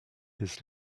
his